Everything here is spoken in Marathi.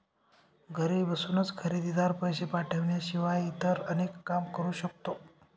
घरी बसूनच खरेदीदार, पैसे पाठवण्याशिवाय इतर अनेक काम करू शकतो